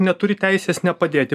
neturi teisės nepadėti